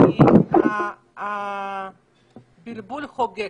הבלבול חוגג.